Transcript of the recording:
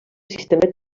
sistema